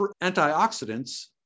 Antioxidants